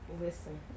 Listen